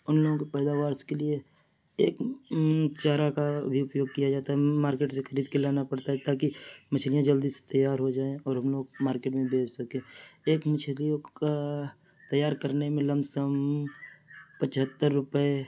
ان لوگوں کو پیداوار کے لیے ایک چارہ کا بھی اپیوگ کیا جاتا ہے مارکیٹ سے خرید کے لانا پڑتا ہے تاکہ مچھلیاں جلدی سے تیار ہو جائیں اور ہم لوگ مارکیٹ میں بھیچ سکے ایک مچھلیوں کا تیار کرنے میں لمسم پچھتر روپے